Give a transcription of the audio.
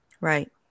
Right